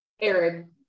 Aaron